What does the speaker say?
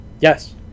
Yes